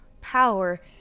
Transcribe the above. power